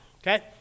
Okay